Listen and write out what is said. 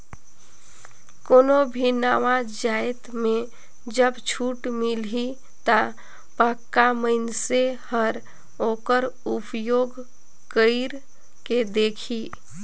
कोनो भी नावा जाएत में जब छूट मिलही ता पक्का मइनसे हर ओकर उपयोग कइर के देखही